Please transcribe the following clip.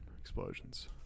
explosions